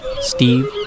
Steve